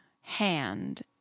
hand